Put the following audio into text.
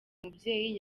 mubyeyi